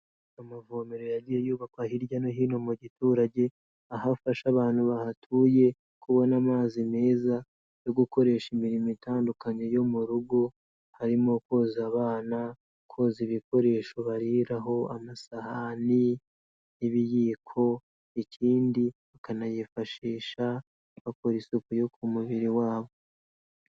Amavomero yagiye yubakwa hirya no hino mu giturage, aho afasha abantu bahatuye kubona amazi meza, yo gukoresha imirimo itandukanye yo mu rugo, harimo koza abana, koza ibikoresho bariraho, amasahani n'ibiyiko, ikindi bakanayifashisha, bakora isuku yo ku mubiri wabo.